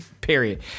period